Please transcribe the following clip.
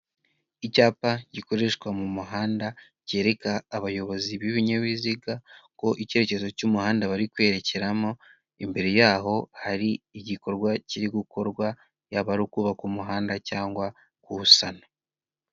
Icyapa gikoreshwa mu muhanda cyereka abayobozi b'ibinyabiziga ko icyerekezo cy'umuhanda bari kwerekeramo imbere yaho hari igikorwa kiri gukorwa, yaba ari ukubaka umuhanda cyangwa kuwusana.